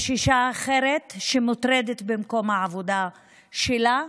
יש אישה אחרת שמוטרדת במקום העבודה שלה,